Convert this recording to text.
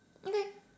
okay